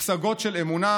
ופסגות של אמונה,